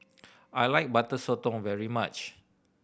I like Butter Sotong very much